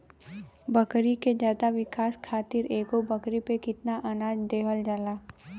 बकरी के ज्यादा विकास खातिर एगो बकरी पे कितना अनाज देहल जाला?